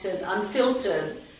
unfiltered